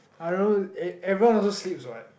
I don't know eve~ everyone also sleeps what